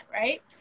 right